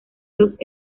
los